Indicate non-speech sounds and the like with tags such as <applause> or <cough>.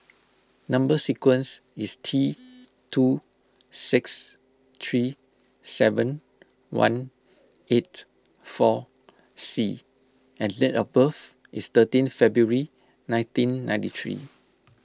Number Sequence is T <noise> two six three seven one eight four C and date of birth is thirteen February nineteen ninety three